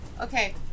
Okay